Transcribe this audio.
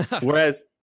Whereas